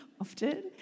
often